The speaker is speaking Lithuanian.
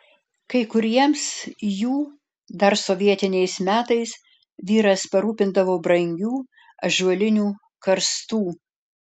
kai kuriems jų dar sovietiniais metais vyras parūpindavo brangių ąžuolinių karstų